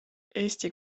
eesti